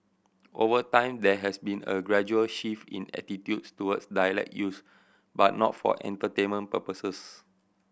over time there has been a gradual shift in attitudes towards dialect use but not for entertainment purposes